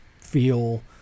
feel